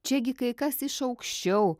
čiagi kai kas iš aukščiau